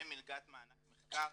ומלגת מענק מחקר